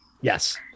Yes